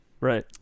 Right